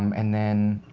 um and then